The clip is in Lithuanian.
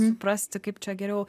suprasti kaip čia geriau